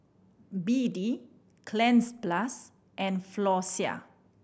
B D Cleanz Plus and Floxia